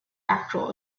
actual